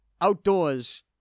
outdoors